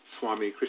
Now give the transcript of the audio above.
Swami